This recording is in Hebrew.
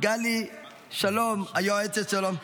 -- גלי שלום, היועצת שלו,